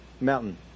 mountain